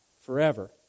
forever